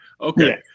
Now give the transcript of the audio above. Okay